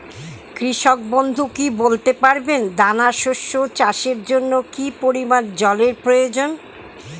কৃষক বন্ধু কি বলতে পারবেন দানা শস্য চাষের জন্য কি পরিমান জলের প্রয়োজন?